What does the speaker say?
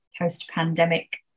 post-pandemic